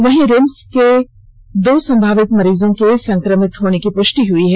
वहीं रांची के रिम्स में दो संभावित मरीजों के संक्रमित होने की पृष्टि हई है